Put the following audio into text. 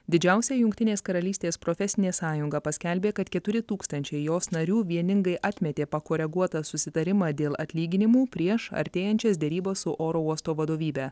didžiausia jungtinės karalystės profesinė sąjunga paskelbė kad keturi tūkstančiai jos narių vieningai atmetė pakoreguotą susitarimą dėl atlyginimų prieš artėjančias derybas su oro uosto vadovybe